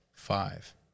Five